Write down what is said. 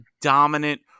dominant